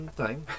time